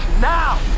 now